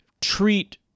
treat